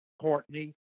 Courtney